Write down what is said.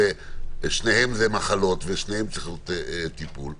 ששניהם זה מחלות ושניהם צריכים טיפול.